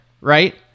right